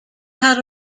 had